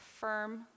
firm